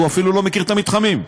היא אפילו לא מכירה את המתחמים.